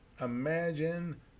imagine